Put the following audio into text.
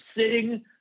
sitting